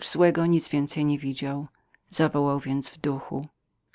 złego nic więcej nie widział i zawołał w duchu